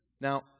Now